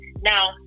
Now